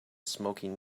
smoking